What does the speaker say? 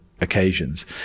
occasions